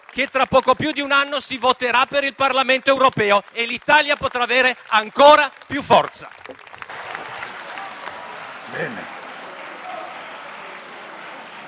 che tra poco più di un anno si voterà per il Parlamento europeo e l'Italia potrà avere ancora più forza.